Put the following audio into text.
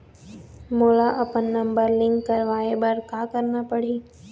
मोला अपन number link करवाये बर का करना पड़ही?